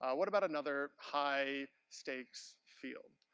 ah what about another high stakes field.